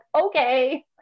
okay